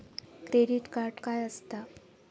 Credit card काय असता?